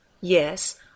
Yes